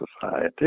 society